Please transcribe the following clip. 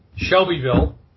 Shelbyville